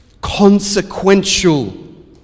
consequential